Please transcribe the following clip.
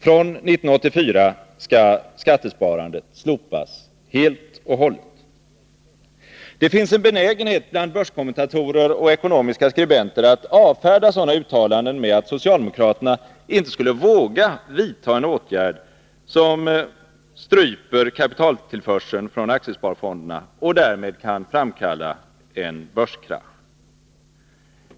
Från 1984 skall skattesparandet slopas helt och hållet. Det finns en benägenhet bland börskommentatorer och ekonomiska skribenter att avfärda sådana uttalanden med att socialdemokraterna inte skulle våga vidta en åtgärd som stryper kapitaltillförseln från aktiesparfonderna och därmed kan framkalla en börskrasch.